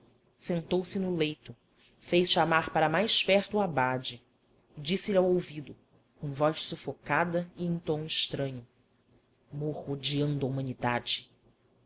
sentou-se no leito fez chamar para mais perto o abade e disse-lhe ao ouvido com voz sufocada e em tom estranho morro odiando a humanidade